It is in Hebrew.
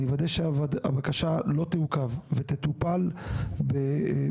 אני אוודא שהבקשה לא תעוכב ותטופל בהתאם